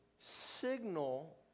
signal